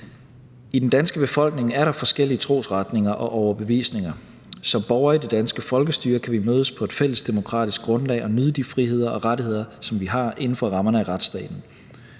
I den danske befolkning er der forskellige trosretninger og overbevisninger. Som borgere i det danske folkestyre kan vi mødes på et fælles demokratisk grundlag og nyde de friheder og rettigheder, som vi har inden for rammerne af retsstaten.